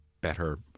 better